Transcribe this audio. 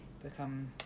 become